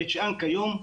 בית שאן כיום,